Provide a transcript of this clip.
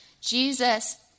Jesus